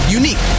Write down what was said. unique